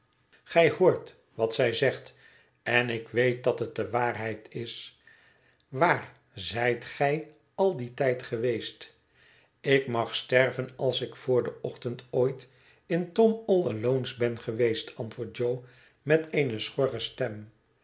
gij hoort wat zij zegt en ik weet dat het de waarheid is waar zijt gij al dien tijd geweest ik mag sterven als ik voor van ochtend ooit in tom all al o ne's ben geweest antwoordt jo met eene schorre stem